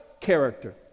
character